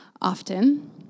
often